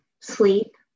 sleep